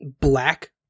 black